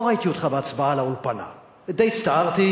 לא ראיתי אותך בהצבעה על האולפנה ודי הצטערתי,